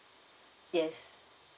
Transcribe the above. yes